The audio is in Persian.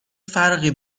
فرقی